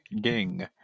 ding